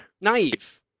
Naive